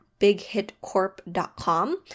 BigHitCorp.com